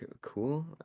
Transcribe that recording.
cool